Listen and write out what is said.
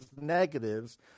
negatives